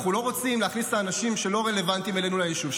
אנחנו לא רוצים להכניס את האנשים שלא רלוונטיים אלינו ליישוב,